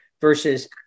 versus